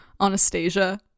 Anastasia